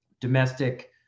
domestic